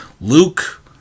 Luke